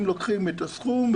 אם לוקחים את הסכום,